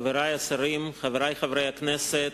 חברי השרים, חברי חברי הכנסת,